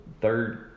third